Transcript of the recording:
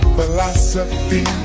Philosophy